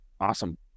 Awesome